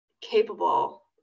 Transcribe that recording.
capable